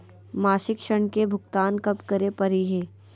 मासिक ऋण के भुगतान कब करै परही हे?